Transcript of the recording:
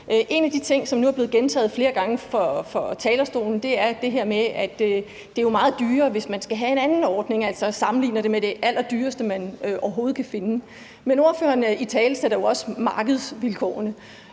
En af de ting, som nu er blevet gentaget flere gange fra talerstolen, er det her med, at det jo er meget dyrere, hvis man skal have en anden ordning, altså sammenligner det med det allerdyreste, man overhovedet kan finde. Men ordføreren italesætter jo også markedsvilkårene,